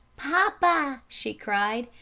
poppa, she cried,